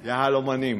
היהלומנים,